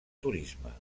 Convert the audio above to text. turisme